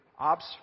Obs